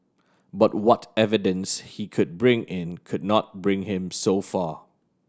but what evidence he could bring in could not bring him so far